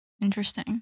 Interesting